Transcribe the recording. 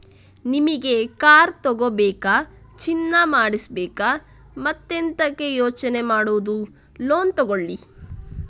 ನಿಮಿಗೆ ಕಾರ್ ತಗೋಬೇಕಾ, ಚಿನ್ನ ಮಾಡಿಸ್ಬೇಕಾ ಮತ್ತೆಂತಕೆ ಯೋಚನೆ ಮಾಡುದು ಲೋನ್ ತಗೊಳ್ಳಿ